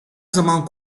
zaman